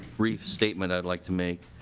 brief statement i like to make.